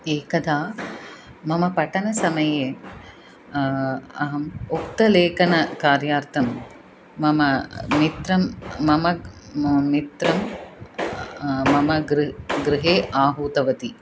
एकदा मम पठनसमये अहम् उक्तलेखनकार्यार्थं मम मित्रं मम मम मित्रं मम गृह् गृहे आहूतवती